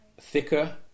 thicker